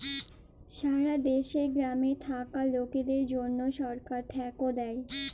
সারা দ্যাশে গ্রামে থাক্যা লকদের জনহ সরকার থাক্যে দেয়